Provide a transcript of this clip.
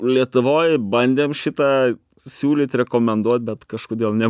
lietuvoj bandėm šitą siūlyt rekomenduot bet kažkodėl ne